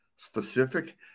specific